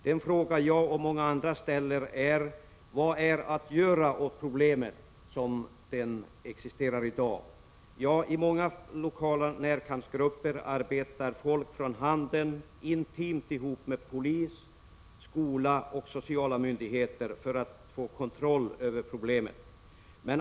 Den fråga jag och många ställer är: Vad är att göra åt detta i dag existerande problem? I många lokala närkampsgrupper arbetar folk från handeln intimt ihop med polis, skola och sociala myndigheter för att få kontroll över problemet.